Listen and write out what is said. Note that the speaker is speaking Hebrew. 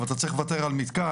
אבל אתה צריך לוותר על מתקן,